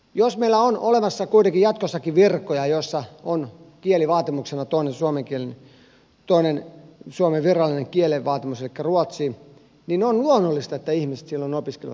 jos meillä on olemassa kuitenkin jatkossakin virkoja joissa on kielivaatimuksena toinen suomen virallinen kieli elikkä ruotsi niin on luonnollista että ihmiset silloin opiskelevat ruotsin kieltä